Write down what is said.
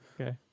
Okay